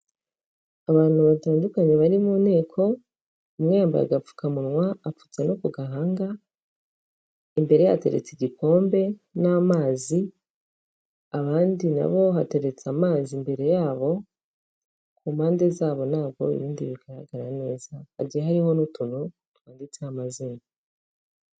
Abantu batandukanye bari mu nteko umwe yambaye agapfukamunwa apfutse no ku gahanga imbere ye hateretse igikombe n'amazi abandi nabo hateretse amazi imbere yabo ku mpande zabo ntabwo ibindi bigaragara neza hagiye harimo n'utuntu twanditseho amazina.